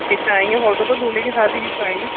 کھچائیں گے فوٹو تو دولہے کے ساتھ ہی کھچوائیں گے